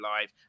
live